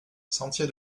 sentier